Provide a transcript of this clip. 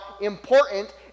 important